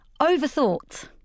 overthought